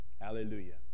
Hallelujah